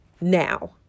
now